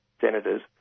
senators